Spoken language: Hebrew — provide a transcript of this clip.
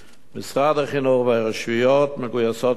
משרד החינוך והרשויות מגויסים למטרה